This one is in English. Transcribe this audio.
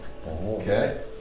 Okay